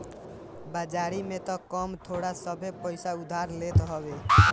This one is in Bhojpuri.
बाजारी में तअ कम थोड़ सभे पईसा उधार लेत हवे